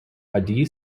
adi